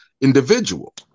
individual